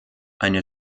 eine